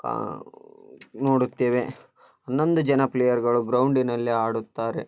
ಕಾ ನೋಡುತ್ತೇವೆ ಹನ್ನೊಂದು ಜನ ಪ್ಲೇಯರ್ಗಳು ಗ್ರೌಂಡಿನಲ್ಲಿ ಆಡುತ್ತಾರೆ